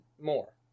more